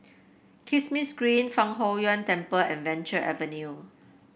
Kismis Green Fang Huo Yuan Temple and Venture Avenue